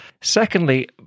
Secondly